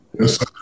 Yes